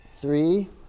Three